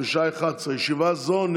בשעה 11:00.